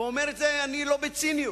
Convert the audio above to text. ואני אומר את זה לא בציניות.